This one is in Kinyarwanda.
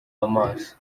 amaso